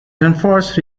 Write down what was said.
enforced